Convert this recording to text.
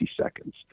seconds